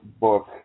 book